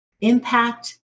impact